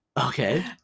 Okay